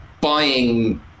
buying